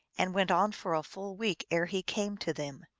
and went on for a full week ere he came to them.